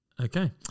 Okay